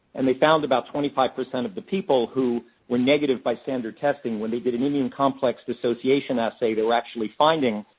and they found about twenty five percent of the people who were negative by standard testing, when they did an immune complex dissociation assay, they were actually finding